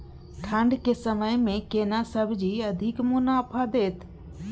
ठंढ के समय मे केना सब्जी अधिक मुनाफा दैत?